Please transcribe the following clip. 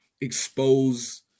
expose